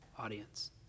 audience